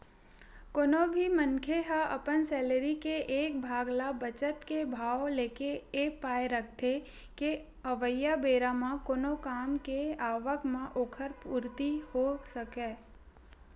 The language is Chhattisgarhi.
कोनो भी मनखे ह अपन सैलरी के एक भाग ल बचत के भाव लेके ए पाय के रखथे के अवइया बेरा म कोनो काम के आवब म ओखर पूरति होय सकय